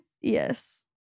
yes